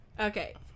Okay